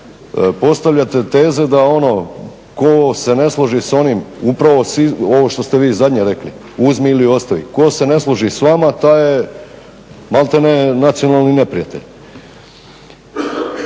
postavljate tezu da ono tko se ne složi s onim upravo ovo što ste vi zadnje rekli "uzmi ili ostavi" tko se ne složi s vama taj je malterne nacionalni neprijatelj.